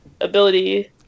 ability